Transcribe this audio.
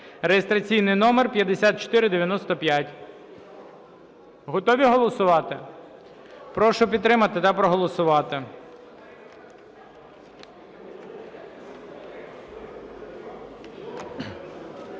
(реєстраційний номер 5495). Готові голосувати. Прошу підтримати та проголосувати.